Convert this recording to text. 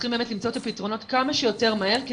צריכים באמת למצוא את הפתרונות כמה שיותר מהר,